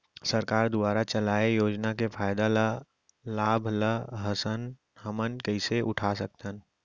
सरकार दुवारा चलाये योजना के फायदा ल लाभ ल हमन कइसे उठा सकथन?